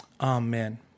Amen